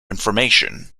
information